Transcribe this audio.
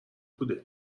بوده